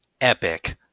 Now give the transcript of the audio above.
epic